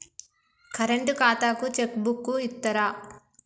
Current ఖాతాకు cheque book ఇత్తరా?